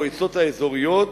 במועצות האזוריות